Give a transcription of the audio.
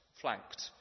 Flanked